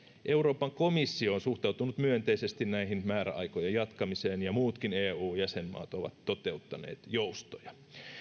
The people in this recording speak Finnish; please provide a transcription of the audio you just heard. euroopan komissio on suhtautunut myönteisesti näiden määräaikojen jatkamiseen ja muutkin eu jäsenmaat ovat toteuttaneet joustoja